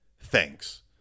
thanks